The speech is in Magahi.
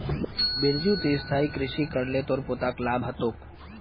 बिरजू ती स्थायी कृषि कर ल तोर पोताक लाभ ह तोक